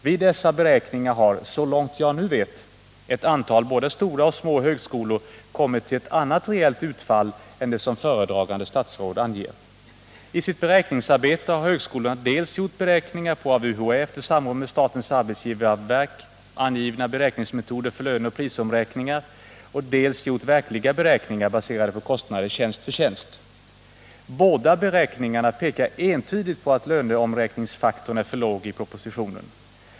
Vid dessa beräkningar har, så långt jag nu vet, ett antal både stora och små högskolor kommit till ett annat reellt utfall än det som föredragande statsråd anger. I sitt beräkningsarbete har högskolorna dels gjort beräkningar på av UHÄ efter samråd med statens arbetsgivareverk angivna beräkningsmetoder för löneoch prisomräkningar, dels gjort verkliga beräkningar, baserade på kostnader tjänst för tjänst. Båda beräkningarna pekar entydigt på att löneomräkningsfaktorn är för låg i propositionen.